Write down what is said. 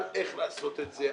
על איך לעשות את זה,